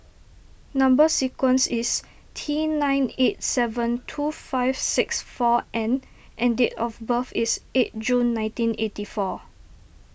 Number Sequence is T nine eight seven two five six four N and date of birth is eight June nineteen eighty four